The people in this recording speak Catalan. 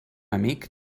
amic